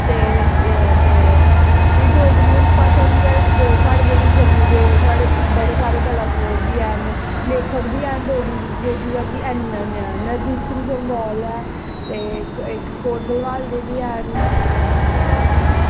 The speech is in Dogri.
ते एह् डोगरी भाशा होंदी साढ़ी जेह्ड़े जम्मू दे साढ़े इक्क बड़े सारे कलाकार बी है'न लेखक बी है'न जि'यां नरसिंह देव जम्वाल ऐ ते इक्क कोट भलवाल दे बी है'न ते